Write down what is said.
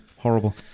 horrible